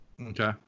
Okay